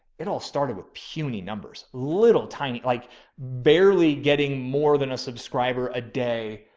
it all started with puny numbers, little tiny, like barely getting more than a subscriber a day.